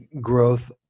growth